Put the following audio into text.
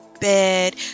bed